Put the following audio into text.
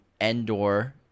Endor